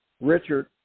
Richard